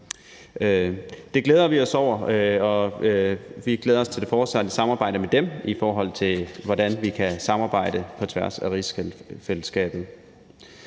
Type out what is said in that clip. Det glæder vi os over, og vi glæder os til det fortsatte samarbejde med dem om, hvordan vi kan samarbejde på tværs af rigsfællesskabet.